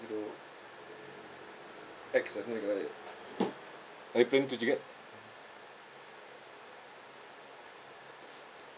X ah so you got it did you get